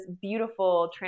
beautiful